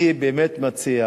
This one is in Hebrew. אני מציע